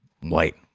white